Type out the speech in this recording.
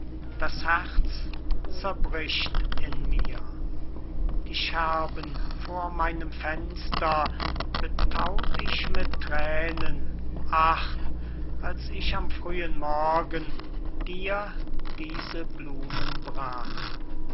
das herz zerbricht in mir die scherben vor meinem fenster bethaut ich mit thränen ach als ich am frühen morgen dir diese blumen brach